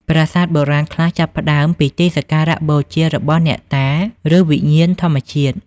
ប្រាសាទបុរាណ ខ្លះចាប់ផ្តើមពីទីសក្ការៈបូជារបស់អ្នកតា ឬវិញ្ញាណធម្មជាតិ។